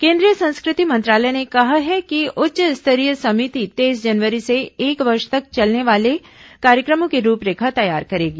केंद्रीय संस्कृति मंत्रालय ने कहा है कि उच्च स्तरीय समिति तेईस जनवरी से एक वर्ष तक चलने वाले कार्यक्रमों की रूपरेखा तैयार करेगी